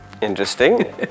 Interesting